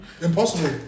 Impossible